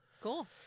cool